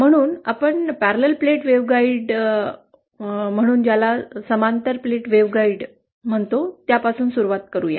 म्हणून आपण समांतर प्लेट वेव्हगाईड म्हणून ज्याला समांतर प्लेट वेव्हगाईड म्हणतो त्यापासून सुरुवात करू या